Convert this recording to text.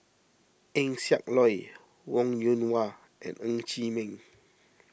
Eng Siak Loy Wong Yoon Wah and Ng Chee Meng